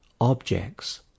objects